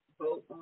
vote